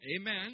Amen